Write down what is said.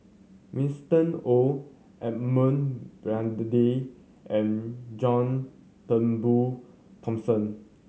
Winston Oh Edmund Blundell and John Turnbull Thomson